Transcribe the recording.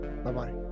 Bye-bye